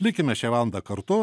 likime šią valandą kartu